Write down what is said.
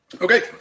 Okay